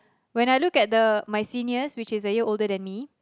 when I look at the my seniors which is a year older than me